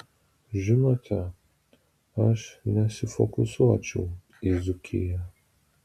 žinote aš nesifokusuočiau į dzūkiją